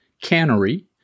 Cannery